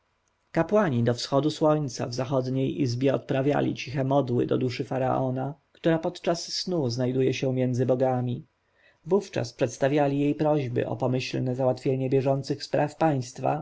kapłani do wschodu słońca w sąsiedniej izbie odprawiali ciche modły do duszy faraona która podczas snu znajduje się między bogami wówczas przedstawiali jej prośby o pomyślne załatwienie bieżących spraw państwa